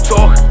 Talk